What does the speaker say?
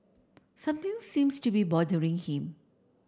something seems to be bothering him